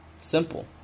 Simple